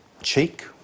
cheek